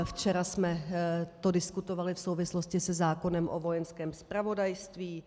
Včera jsme to diskutovali v souvislosti se zákonem o Vojenském zpravodajství.